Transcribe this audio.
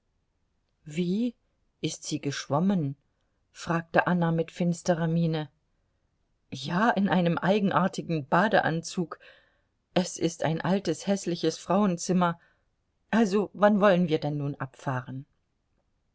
wie ist sie geschwommen fragte anna mit finsterer miene ja in einem eigenartigen badeanzug es ist ein altes häßliches frauenzimmer also wann wollen wir denn nun abfahren